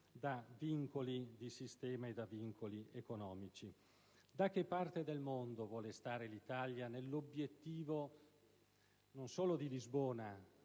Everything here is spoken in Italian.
da vincoli di sistema ed economici. Da che parte del mondo vuole stare l'Italia rispetto all'obiettivo non solo di Lisbona